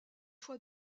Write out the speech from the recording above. fois